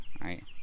right